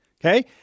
Okay